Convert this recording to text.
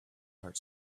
heart